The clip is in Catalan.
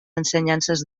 ensenyances